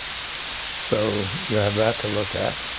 so you have that to look at